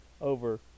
over